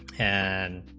and